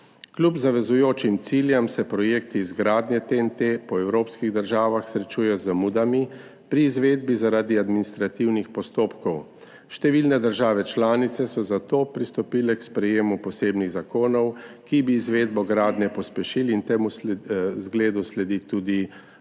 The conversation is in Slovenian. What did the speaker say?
Kljub zavezujočim ciljem se projekt izgradnje TEN-T po evropskih državah srečuje z zamudami pri izvedbi zaradi administrativnih postopkov. Številne države članice so zato pristopile k sprejetju posebnih zakonov, ki bi izvedbo gradnje pospešili, in temu zgledu sledi tudi Slovenija.